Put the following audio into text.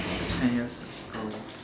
ten years ago